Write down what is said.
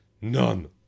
none